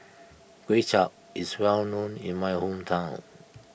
Kuay Chap is well known in my hometown